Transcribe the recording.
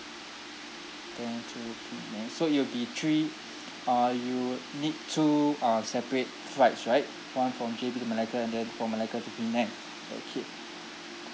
then to penang so it will be three uh you need two uh separate flights right one from J_B to malacca and then from malacca to penang okay